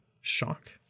Shock